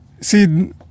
See